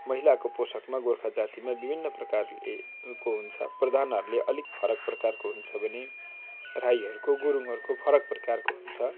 महिलाको पोसाकमा गोर्खा जातिमा विभिन्न प्रकारले उत्यो हुन्छ प्रधानहरूले अलिक फरक प्रकारको हुन्छ भने राईहरूको गुरुङहरूको फरक प्रकारको हुन्छ